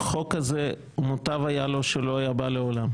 החוק הזה, מוטב היה שלא היה בא לעולם.